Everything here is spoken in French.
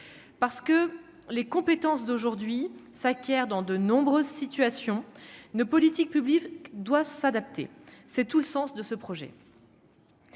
parce que les compétences d'aujourd'hui s'acquiert dans de nombreuses situations ne politiques publiques doit s'adapter, c'est tout le sens de ce projet.